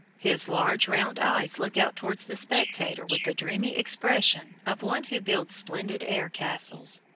his large round eyes look out towards the spectator with the dreamy expression of one who builds splendid air-castles.